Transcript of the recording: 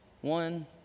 One